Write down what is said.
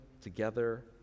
together